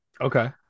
Okay